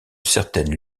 certaine